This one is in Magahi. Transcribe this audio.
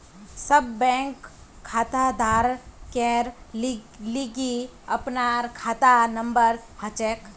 सब बैंक खाताधारकेर लिगी अपनार खाता नंबर हछेक